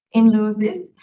in lieu of this,